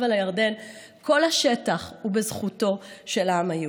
לירדן כל השטח הוא לזכותו של העם היהודי.